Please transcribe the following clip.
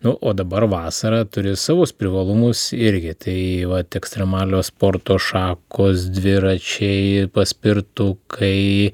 nu o dabar vasara turi savus privalumus irgi tai vat ekstremalios sporto šakos dviračiai paspirtukai